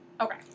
Okay